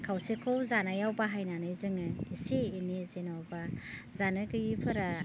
खावसेखौ जानायाव बाहायनानै जोङो एसे एनै जेनेबा जानो गैयैफोरा